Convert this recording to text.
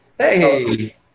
Hey